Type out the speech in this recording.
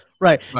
Right